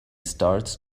starts